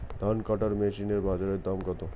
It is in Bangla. ধান কাটার মেশিন এর বাজারে দাম কতো?